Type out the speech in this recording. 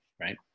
Right